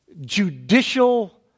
judicial